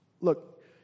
Look